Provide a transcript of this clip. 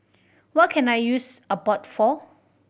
what can I use Abbott for